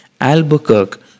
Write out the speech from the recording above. Albuquerque